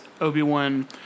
Obi-Wan